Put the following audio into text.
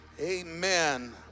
Amen